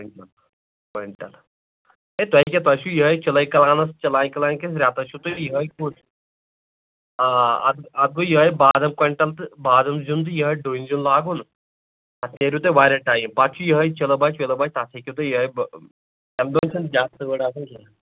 quintal quintal ہَے تۄہہِ کیٛاہ تۄہہِ چھ یِہَے چِلَے کلانس چِلے کلان کِس ریٚتس چھُ تۄہہِ یِہَے کُژ آ اتھ اَتھ گوٚو یِہَے بادام کۄینٛٹل تہٕ بادام زِیُن تہِ یِہَے ڈوٗنۍ زِیُن لاگُن اتھ نیرو تۄہہِ واریاہ ٹایِم پتہٕ چھِ یِہَے چِٕلہٕ بچہِ وِلہٕ بچہِ تتھ ہیٚکِو تۄہہِ یِہَے تمہِ دۄہ چھَنہٕ زیادٕ تۭر آسان کیٚنٛہہ